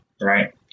Right